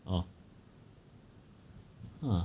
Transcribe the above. oh uh